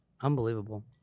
Unbelievable